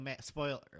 spoiler